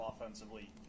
offensively